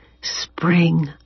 Spring